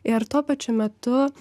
ir tuo pačiu metu